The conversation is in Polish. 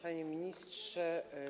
Panie Ministrze!